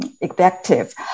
Effective